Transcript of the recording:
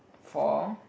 for